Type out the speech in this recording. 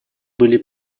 были